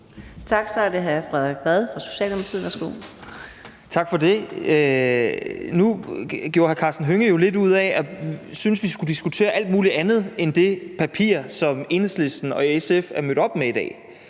Værsgo. Kl. 15:09 Frederik Vad (S): Tak for det. Nu gjorde hr. Karsten Hønge jo lidt ud af at synes, at vi skulle diskutere alt muligt andet end det papir, som Enhedslisten og SF er mødt op med i dag,